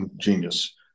genius